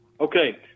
Okay